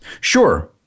Sure